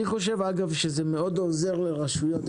אגב, אני חושב שזה מאוד עוזר לרשויות.